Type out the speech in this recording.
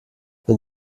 wenn